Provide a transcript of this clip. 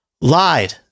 lied